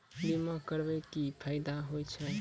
बीमा करबै के की फायदा होय छै?